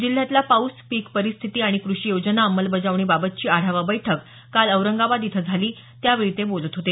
जिल्ह्यातला पाऊस पीक परिस्थिती आणि अंमलबजावणीबाबतची आढावा बैठक काल औरंगाबाद इथं झाली त्यावेळी ते बोलत होते